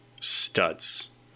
studs